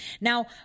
Now